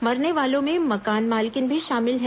मरने वालों में मकान मालकिन भी शामिल है